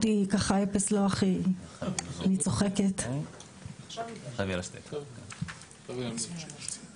ובכלל איך מה אתה חושב שכדאי שנדע ונבין ומהי העשייה